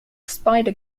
spider